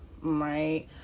right